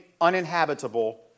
uninhabitable